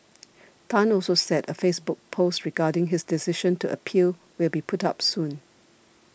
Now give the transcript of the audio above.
Tan also said a Facebook post regarding his decision to appeal will be put up soon